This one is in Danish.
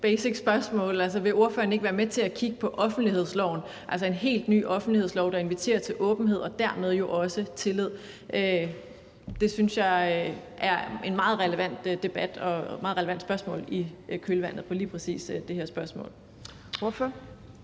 spørgsmål: Vil ordføreren ikke være med til at kigge på offentlighedsloven, altså en helt ny offentlighedslov, der inviterer til åbenhed og dermed jo også tillid? Det synes jeg er en meget relevant debat og et meget relevant spørgsmål i kølvandet på lige præcis det her spørgsmål. Kl.